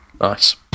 Nice